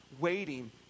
waiting